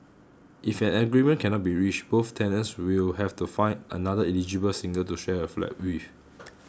if an agreement cannot be reached both tenants will have to find another eligible single to share a flat with